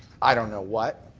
i don't know what.